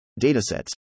datasets